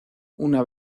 una